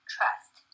Trust